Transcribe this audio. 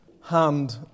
hand